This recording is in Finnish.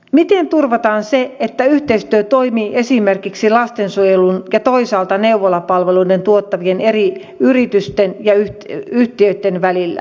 miten turvataan se että yhteistyö toimii esimerkiksi lastensuojelun ja toisaalta neuvolapalvelut tuottavien eri yritysten ja yhtiöitten välillä